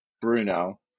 Bruno